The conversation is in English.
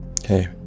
Okay